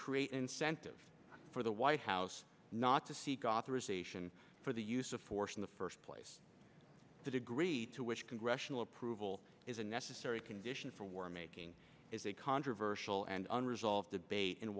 create incentive for the white house not to seek authorization for the use of force in the first place the degree to which congressional approval is a necessary condition for war making is a controversial and unresolved debate in